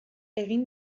egin